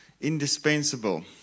indispensable